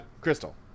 Crystal